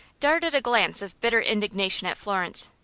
darted a glance of bitter indignation at florence.